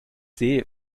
sehe